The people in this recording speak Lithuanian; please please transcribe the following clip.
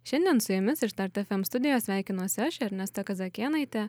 šiandien su jumis iš start fm studijos sveikinuosi aš ernesta kazakėnaitė